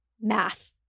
math